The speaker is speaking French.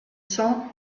cents